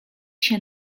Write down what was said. się